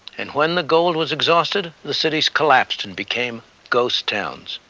and when the gold was exhausted, the cities collapsed, and became ghost towns.